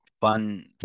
fun